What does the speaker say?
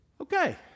Okay